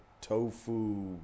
tofu